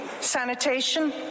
sanitation